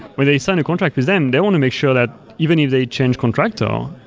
where they send a contract with them, they want to make sure that even if they change contractor,